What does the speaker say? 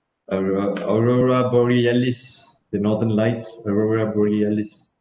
aurora aurora borealis the northern lights aurora borealis